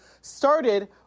started